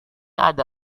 ada